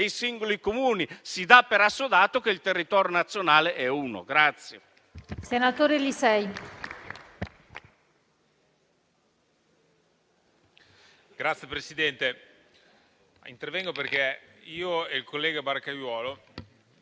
singoli Comuni. Si dà per assodato che il territorio nazionale è uno.